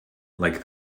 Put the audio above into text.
like